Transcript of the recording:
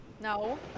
no